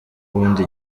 ubundi